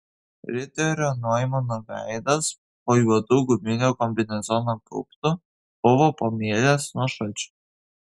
riterio noimano veidas po juodu guminio kombinezono gaubtu buvo pamėlęs nuo šalčio